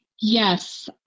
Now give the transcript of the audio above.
Yes